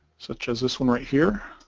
such as this one right here